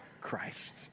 Christ